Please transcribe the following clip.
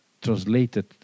translated